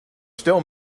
still